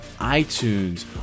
iTunes